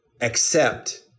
accept